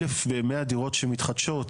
1,100 דירות שמתחדשות,